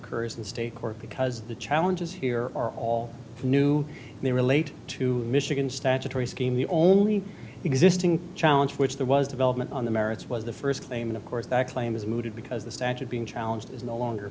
occurs in state court because the challenges here are all new and they relate to michigan statutory scheme the only existing challenge which there was development on the merits was the first claim of course that claim is mooted because the statute being challenged is no longer